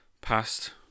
passed